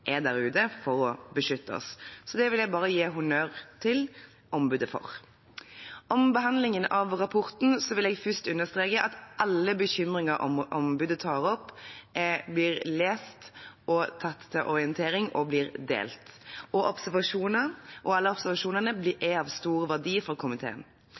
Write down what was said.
er der ute for å beskytte oss, så det vil jeg bare gi honnør til ombudet for. Om behandlingen av rapporten vil jeg først understreke at alle bekymringer ombudet tar opp, blir lest, tatt til orientering og delt, og alle observasjonene er av stor verdi for komiteen.